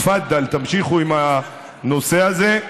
תפדל, תמשיכו עם הנושא הזה.